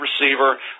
receiver